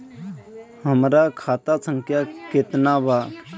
हमरा खाता संख्या केतना बा?